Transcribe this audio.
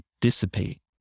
dissipate